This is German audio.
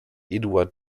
eduard